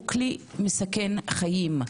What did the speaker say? הוא כלי מסכן חיים.